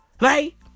right